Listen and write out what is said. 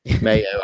mayo